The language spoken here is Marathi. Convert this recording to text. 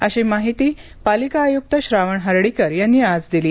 अशी माहिती पालिका आयुक्त श्रावण हर्डीकर यांनी आज दिली